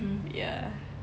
ya